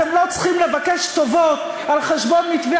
אתם לא צריכים לבקש טובות על חשבון מתווה